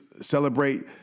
celebrate